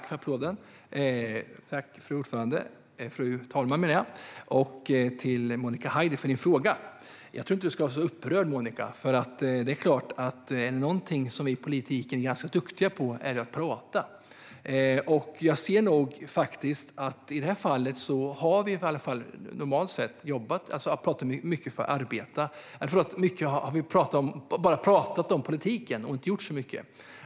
Fru talman! Tack, Monica Haider, för din fråga! Jag tror inte att du ska vara så upprörd, Monica. Om det är någonting som vi politiker är ganska duktiga på är det att prata. I detta fall har vi ägnat mycket tid åt att bara prata om politiken och inte gjort så mycket.